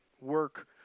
work